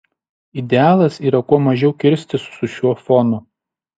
idealas yra kuo mažiau kirstis su šiuo fonu